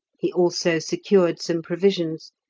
he also secured some provisions,